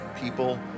people